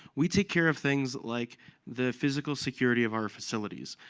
we take care of things like the physical security of our facilities.